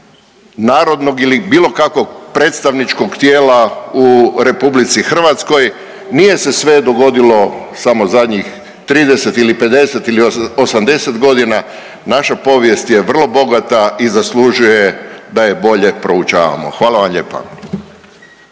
narodnog ili bilo kakvog predstavničkog tijela u Republici Hrvatskoj. Nije se sve dogodilo samo zadnjih 30 ili 50 ili 80 godina, naša povijest je vrlo bogata i zaslužuje da je bolje proučavamo. Hvala vam lijepa.